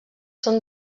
són